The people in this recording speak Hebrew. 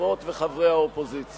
חברות וחברי האופוזיציה,